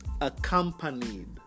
accompanied